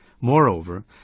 Moreover